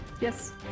Yes